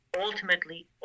ultimately